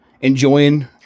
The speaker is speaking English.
enjoying